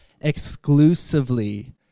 exclusively